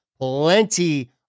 plenty